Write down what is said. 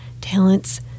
talents